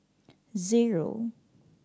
zero